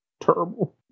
terrible